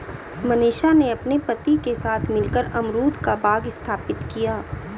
मनीषा ने अपने पति के साथ मिलकर अमरूद का बाग स्थापित किया